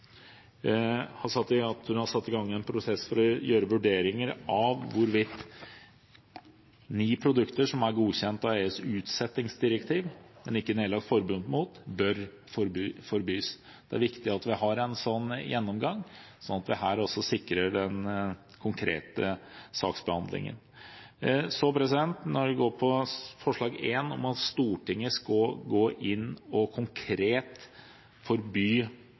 har satt i gang en prosess for å gjøre vurderinger av hvorvidt ni produkter som er godkjent etter EUs utsettingsdirektiv, men ikke nedlagt forbud mot, bør forbys. Det er viktig at vi har en slik gjennomgang, slik at vi også her sikrer den konkrete saksbehandlingen. Når det gjelder forslag til vedtak I, om at Stortinget skal gå inn og konkret forby